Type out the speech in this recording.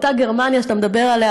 אותה גרמניה שאתה מדבר עליה,